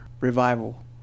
revival